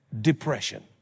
depression